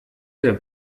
der